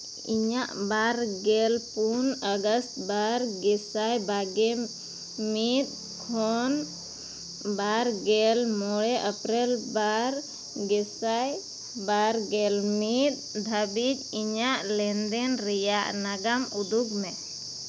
ᱤᱧᱟᱹᱜ ᱵᱟᱨ ᱜᱮᱞ ᱯᱩᱱ ᱟᱜᱚᱥᱴ ᱵᱟᱨ ᱜᱮᱥᱟᱭ ᱵᱟᱨᱜᱮ ᱢᱤᱫ ᱠᱷᱚᱱ ᱵᱟᱨ ᱜᱮᱞ ᱢᱚᱬᱮ ᱮᱯᱨᱤᱞ ᱵᱟᱨ ᱵᱟᱨ ᱜᱮᱥᱟᱭ ᱵᱟᱨ ᱜᱮᱞ ᱢᱤᱫ ᱫᱷᱟᱹᱵᱤᱡ ᱤᱧᱟᱹᱜ ᱞᱮᱱᱫᱮᱱ ᱨᱮᱭᱟᱜ ᱱᱟᱜᱟᱢ ᱩᱫᱩᱜᱽ ᱢᱮ